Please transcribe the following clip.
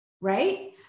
Right